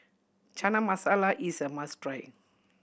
Chana Masala is a must try